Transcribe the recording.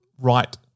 right